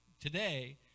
today